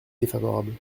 défavorable